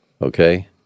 Okay